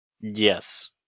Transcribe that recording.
Yes